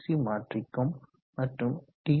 C மாற்றிக்கும் மற்றும் D